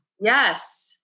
Yes